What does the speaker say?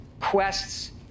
quests